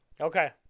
okay